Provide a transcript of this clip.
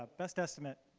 ah best estimate,